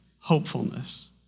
hopefulness